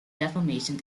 defamation